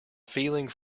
feeling